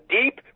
deep